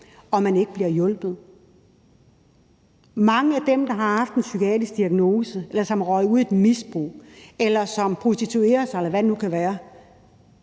og man ikke bliver hjulpet. Mange af dem, som har haft en psykiatrisk diagnose, eller som er røget ud i et misbrug, eller som prostituerer sig, eller hvad det nu kan være,